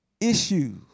issues